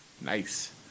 Nice